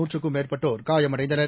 நூற்றுக்கும் மேற்பட்டோர் காயமடைந்தனர்